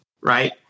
right